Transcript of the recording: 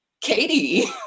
Katie